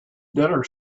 dinner